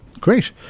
Great